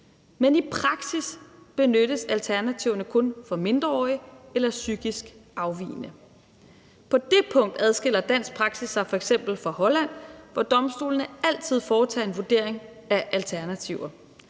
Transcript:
men i praksis benyttes alternativerne kun for mindreårige eller psykisk afvigende. På det punkt adskiller dansk praksis sig f.eks. fra Holland, hvor domstolene altid foretager en vurdering af alternativer,